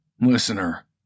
Listener